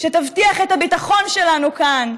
שתבטיח את הביטחון שלנו כאן,